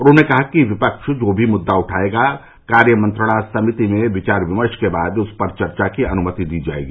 उन्होंने कहा कि विपक्ष जो भी मुद्दा उठायेगा कार्य मंत्रणा समिति में विचार विमर्श के बाद उस पर चर्चा की अनुमति दी जाएगी